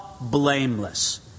blameless